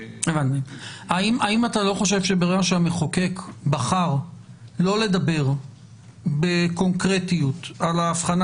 האם אתה לא חושב שברגע שהמחוקק בחר לא לדבר בקונקרטיות על ההבחנה